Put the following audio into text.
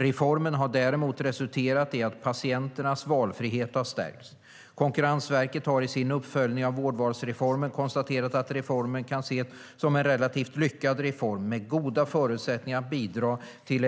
Reformen har däremot resulterat i att patienternas valfrihet har stärkts. Konkurrensverket har i sin uppföljning av vårdvalsreformen konstaterat att reformen kan ses som en relativt lyckad reform med goda förutsättningar att bidra till